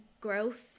growth